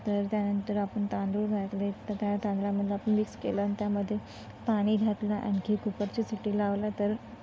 तर त्यानंतर आपण तांदूळ घातले तर त्या तांदळामध्ये आपण मिक्स केलं आणि त्यामध्ये पाणी घातलं आणखी कुकरची शिट्टी लावलं तर